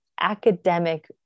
academic